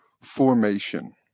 formation